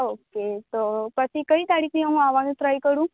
okay તો પછી કઈ તારીખથી હું આવની ટ્રાય કરું